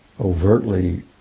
overtly